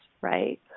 right